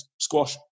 squash